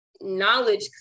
knowledge